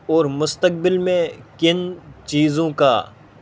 اور مستقبل میں کن چیزوں کا